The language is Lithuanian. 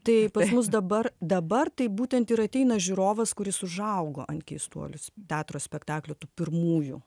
taip pas mus dabar dabar tai būtent ir ateina žiūrovas kuris užaugo ant keistuolius teatro spektaklio tų pirmųjų